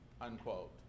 unquote